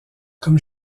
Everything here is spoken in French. comme